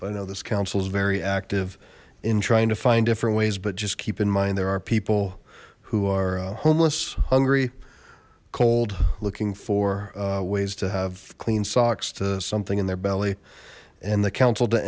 but i know this council is very active in trying to find different ways but just keep in mind there are people who are homeless hungry cold looking for ways to have clean socks to something in their belly and the council to